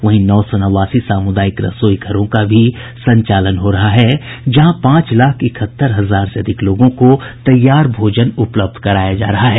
वहीं नौ सौ नवासी सामुदायिक रसोई घरों का भी संचालन हो रहा है जहां पांच लाख इकहत्तर हजार से अधिक लोगों को तैयार भोजन उपलब्ध कराया जा रहा है